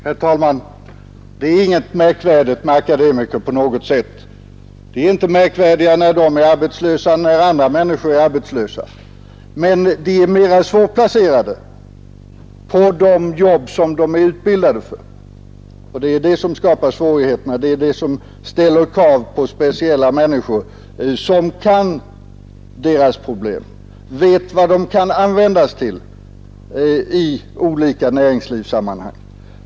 Herr talman! Det är inget märkvärdigt med akademiker. De är inte märkvärdigare när de är arbetslösa än när andra är det. Men akademikerna är mera svårplacerade på de jobb som de är utbildade för, och det är det som skapar svårigheterna, det är det som ställer krav på speciella människor som kan deras problem och vet vad de kan användas till i olika näringslivssammanhang.